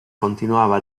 continuava